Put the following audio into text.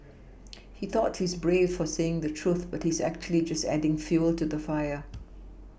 he thought he's brave for saying the truth but he's actually just adding fuel to the fire